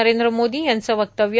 नरेंद्र मोदी यांचं वक्तव्य